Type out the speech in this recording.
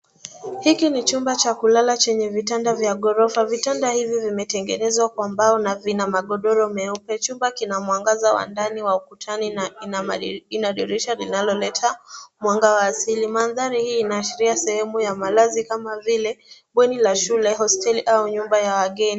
Hiki ni chumba cha kulala chenye vitanda vya ghorofa. Vitanda hivi vimetengenezwa kwa mbao na vina magodoro meupe. Chumba kina mwangaza wa ndani wa ukutani na ina dirisha linaloleta mwanga wa asili. Mandhari hii inaashiria sehemu ya malazi kama vile bweni la shule, hosteli au nyumba ya wageni.